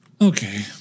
Okay